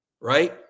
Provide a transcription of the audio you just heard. right